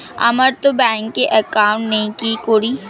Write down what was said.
আমারতো ব্যাংকে একাউন্ট নেই কি করি?